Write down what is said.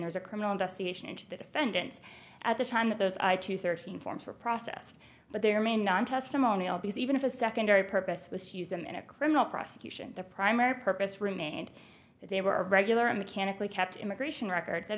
there's a criminal investigation into the defendants at the time that those thirteen forms were processed but their main non testimonial because even if a secondary purpose was to use them in a criminal prosecution the primary purpose remained that they were regular mechanically kept immigration records that